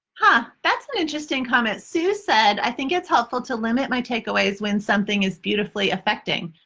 huh. that's an interesting comment. sue said, i think it is helpful to limit my take-aways when something is beautifully affecting.